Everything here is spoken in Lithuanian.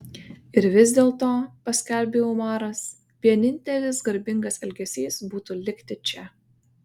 ir vis dėlto paskelbė umaras vienintelis garbingas elgesys būtų likti čia